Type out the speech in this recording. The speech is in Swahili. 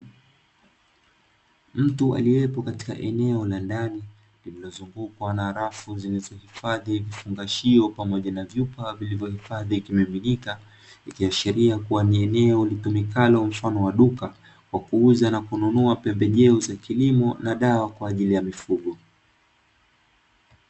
Mtu aliyepo Katka eneo la ndani liliozungukwa na rafu zilizohifadhi vifungashio, pomoja na vyupa vilivyohifadhi vimiminika, ikashiria kuwa ni eneo litumikalo mfano wa duka, kwa kuuza na kununua pembejeo za kilimo na dawa kwa ajili ya mifugo.